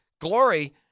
glory